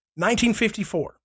1954